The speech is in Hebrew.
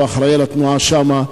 שהוא אחראי לתנועה שם,